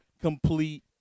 complete